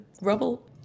rubble